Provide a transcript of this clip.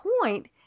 point